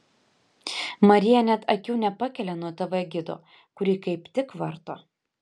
marija net akių nepakelia nuo tv gido kurį kaip tik varto